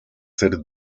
ser